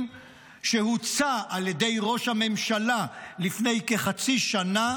שהוצע על ידי ראש הממשלה לפני כחצי שנה,